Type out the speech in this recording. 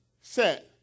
set